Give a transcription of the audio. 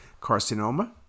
carcinoma